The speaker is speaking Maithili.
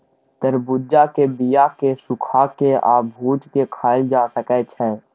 तरबुज्जा के बीया केँ सुखा के आ भुजि केँ खाएल जा सकै छै